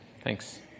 Thanks